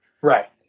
right